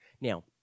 Now